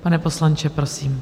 Pane poslanče, prosím.